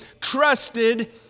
trusted